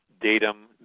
datum